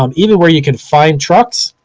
um even where you can find trucks,